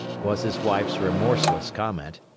was his wife's remorseless comment.